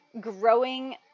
growing